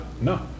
no